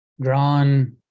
drawn